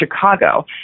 Chicago